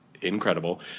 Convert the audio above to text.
incredible